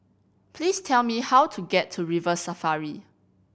please tell me how to get to River Safari